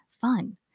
fun